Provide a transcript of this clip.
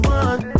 one